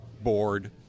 board